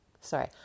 Sorry